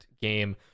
game